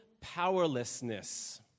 powerlessness